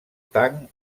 tang